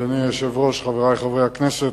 אדוני היושב-ראש, חברי חברי הכנסת,